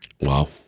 Wow